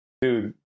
Dude